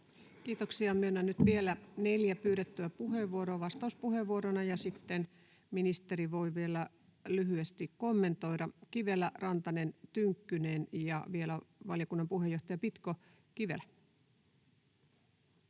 Kiitoksia. — Myönnän nyt vielä neljä pyydettyä puheenvuoroa vastauspuheenvuoroina, ja sitten ministeri voi vielä lyhyesti kommentoida: Kivelä, Rantanen, Tynkkynen ja vielä valiokunnan puheenjohtaja Pitko. — Kivelä.